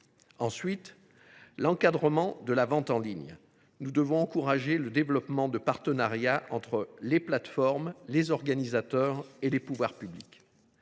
Ensuite, il faut encadrer la vente en ligne. Nous devons encourager le développement de partenariats entre les plateformes, les organisateurs et les pouvoirs publics.